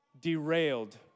derailed